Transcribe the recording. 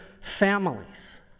families